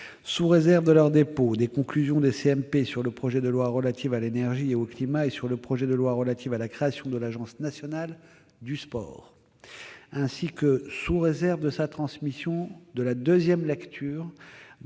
sous réserve de leur dépôt, des conclusions des commissions mixtes paritaires sur le projet de loi relatif à l'énergie et au climat et sur le projet de loi relatif à la création de l'Agence nationale du sport, ainsi que, sous réserve de sa transmission, de la deuxième lecture